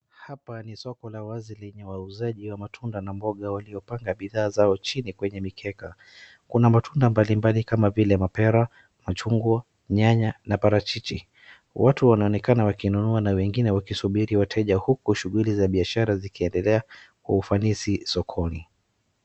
Hapa ni soko la wazi lenye wauzaji wa matunda na mboga waliopanga bidhaa zao chini kwenye mikeka. Kuna matunda mbalimbali kama vile mapera, machungwa, nyanya na parachichi. Watu wanaonekana wakinunua na wengine wakisubiri wateja huku shughuli za biashara zikiendelea kwa ufanisi sokoni.